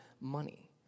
money